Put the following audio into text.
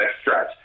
stretch